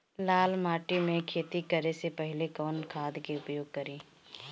लाल माटी में खेती करे से पहिले कवन खाद के उपयोग करीं?